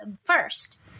first